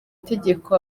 tegeko